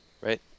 Right